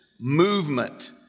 movement